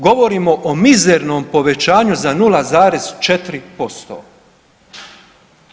Govorimo o mizernom povećanju za 0,4%